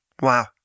Wow